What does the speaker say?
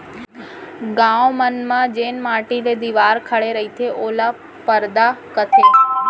गॉंव मन म जेन माटी के दिवार खड़े रईथे ओला परदा कथें